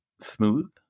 smooth